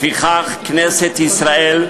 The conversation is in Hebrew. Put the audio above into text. לפיכך, כנסת ישראל,